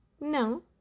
No